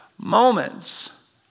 moments